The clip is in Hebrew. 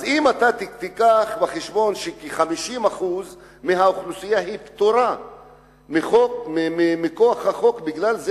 אם תביא בחשבון ש-50% מהאוכלוסייה פטורה מכוח החוק,